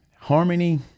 harmony